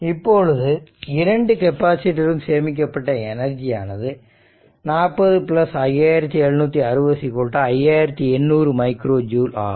இப்பொழுது 2 கெப்பாசிட்டரிலும் சேமிக்கப்பட்ட எனர்ஜியானது 405760 5800 மைக்ரோ ஜூல் ஆகும்